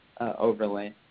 overlay